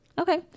Okay